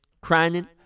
Crying